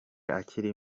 akiri